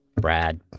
Brad